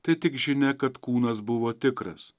tai tik žinia kad kūnas buvo tikras